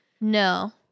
no